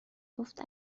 گفت